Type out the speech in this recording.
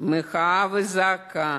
מחאה וזעקה